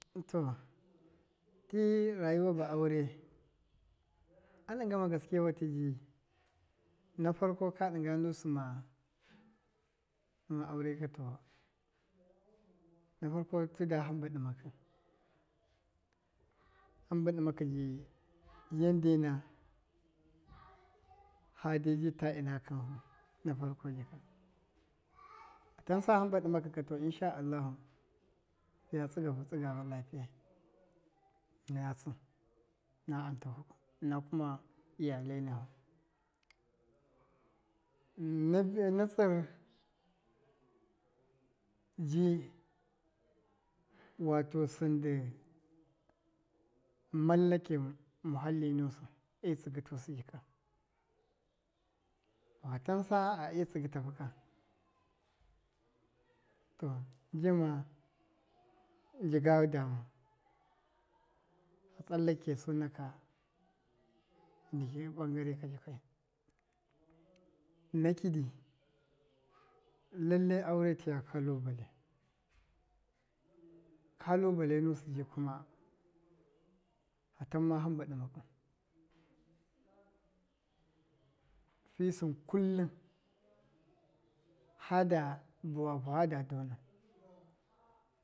To ti rayuwa ba aure, a ɗɨngɨ ma gaskewatɨ ji na farko ka dɨnga ndu sɨma ɗɨma aure ka na farko tɨda hamba ɗɨmakɨ, hamba ɗɨma kɨ ji yandena fade bɨ ta tna kanfu, na farko jika, fatansa hamba ɗɨmakɨ ka to ka samusa ghɨnsɨ ka, fɨya tsɨgafu tsɨga lapiyai. Ina antafu ina kuma iyale nifu na tsɨr ji wato sɨndi mallake mahallɨ nusɨ etsɨgɨ tusɨ jika, fatansa a e, tsɨgɨ tafu ka to njɨma njɨga dama fa tsallakosu maka, jike naka ɓangaresu jikai na kidi lalle aure tiya kalubale, kalubale musɨ jikuma fatamma hamba ɗɨmaku fɨ stɨn kullum fada bawafu fa donau.